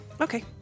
Okay